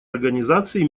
организации